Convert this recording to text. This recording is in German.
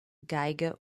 geige